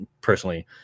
personally